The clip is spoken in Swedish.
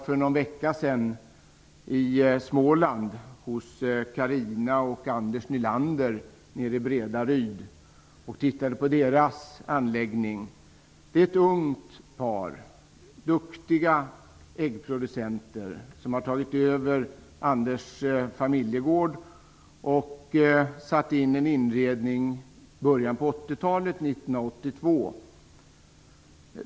För en vecka sedan var jag i Småland och besökte Bredaryd. Det är ett ungt par. De är duktiga äggproducenter. De har tagit över Anders familjegård och gjorde ny inredning 1982.